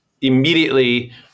immediately